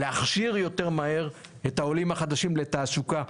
להכשיר יותר מהר את העולים החדשים לתעסוקה.